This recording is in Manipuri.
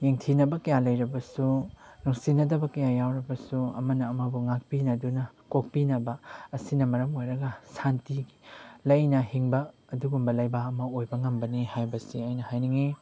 ꯌꯦꯡꯊꯤꯅꯕ ꯀꯌꯥ ꯂꯩꯔꯕꯁꯨ ꯅꯨꯡꯁꯤꯅꯗꯕ ꯀꯌꯥ ꯌꯥꯎꯔꯕꯁꯨ ꯑꯃꯅ ꯑꯃꯕꯨ ꯉꯥꯛꯄꯤꯅꯗꯨꯅ ꯀꯣꯛꯄꯤꯅꯕ ꯑꯁꯤꯅ ꯃꯔꯝ ꯑꯣꯏꯔꯒ ꯁꯥꯟꯇꯤ ꯂꯩꯅ ꯍꯤꯡꯕ ꯑꯗꯨꯒꯨꯝꯕ ꯂꯩꯕꯥꯛ ꯑꯃ ꯑꯣꯏꯕ ꯉꯝꯕꯅꯤ ꯍꯥꯏꯕꯁꯤ ꯑꯩꯅ ꯍꯥꯏꯅꯤꯡꯏ